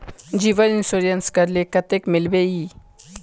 जीवन इंश्योरेंस करले कतेक मिलबे ई?